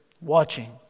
watching